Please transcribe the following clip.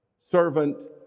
servant